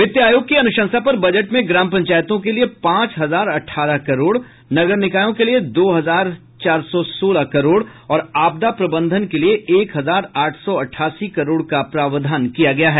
वित्त आयोग की अनुशंसा पर बजट में ग्राम पंचायतों के लिये पांच हजार अठारह करोड़ नगर निकायों के लिये दो हजार चार सौ सोलह करोड़ और आपदा प्रबंधन के लिये एक हजार आठ सौ अठासी करोड़ का प्रावधान किया गया है